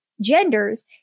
genders